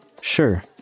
Sure